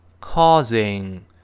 Causing